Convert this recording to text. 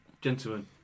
gentlemen